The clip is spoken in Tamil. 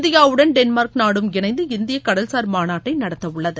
இந்தியாவுடன் டென்மார்க் நாடும் இணைந்து இந்திய கடல்சார் மாநாட்டை நடத்தவுள்ளது